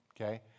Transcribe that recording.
Okay